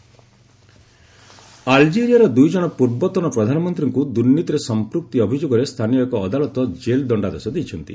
Algeria PM jailed ଆଲ୍ଜେରିଆର ଦୁଇଜଣ ପୂର୍ବତନ ପ୍ରଧାନମନ୍ତ୍ରୀଙ୍କୁ ଦୁର୍ନୀତିରେ ସଫପୃକ୍ତି ଅଭିଯୋଗରେ ସ୍ଥାନୀୟ ଏକ ଅଦାଲତ ଜେଲ୍ଦଣ୍ଡାଦେଶ ଦେଇଛନ୍ତି